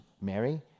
Mary